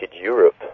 Europe